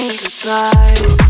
goodbye